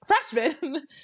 freshman